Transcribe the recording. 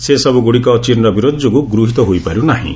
ସେସବୁଗୁଡ଼ିକ ଚୀନ୍ର ବିରୋଧ ଯୋଗୁଁ ଗୃହୀତ ହୋଇପାରୁ ନାହିଁ